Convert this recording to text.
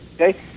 okay